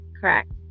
correct